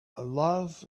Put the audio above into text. love